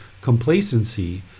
complacency